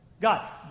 God